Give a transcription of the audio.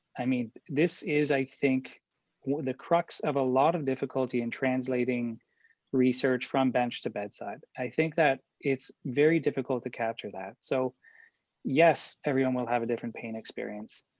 i mean, this is, i think the crux of a lot of difficulty in translating research from bench to bedside. i think that it's very difficult to capture that. so yes, everyone will have a different pain experience.